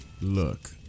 Look